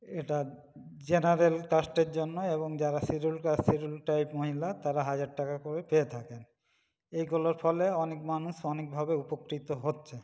এটা জেনারেল কাস্টের জন্য এবং যারা শিডিউল কাস্ট শিডিউল ট্রাইব তারা হাজার টাকা করে পেয়ে থাকেন এগুলোর ফলে অনেক মানুষ অনেকভাবে উপকৃত হচ্ছে